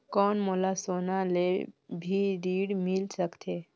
कौन मोला सोना ले भी ऋण मिल सकथे?